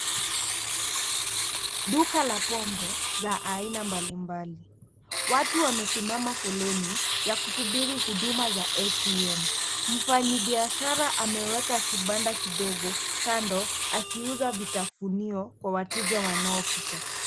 Duka la pombe za aina mbalimbali. Watu wamesimama foleni ya kusubiri huduma za ATM. Mfanyibiashara ameweka kibanda kidogo kando akiuza vitafunio kwa wateja wanaopita.